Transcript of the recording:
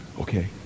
Okay